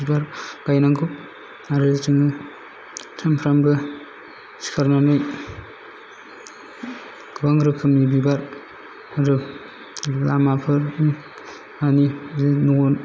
बिबार गायनांगौ आरो जोङो सानफ्रामबो सिखारनानै गोबां रोखोमनि बिबार आरो लामाफोर माने जों नआव